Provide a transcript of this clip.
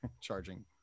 charging